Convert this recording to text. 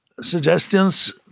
suggestions